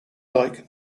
dyke